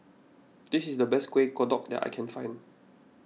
this is the best Kuih Kodok that I can find